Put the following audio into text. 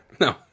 No